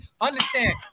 Understand